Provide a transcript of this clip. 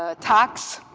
ah tax.